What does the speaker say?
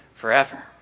forever